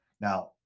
Now